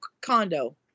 condo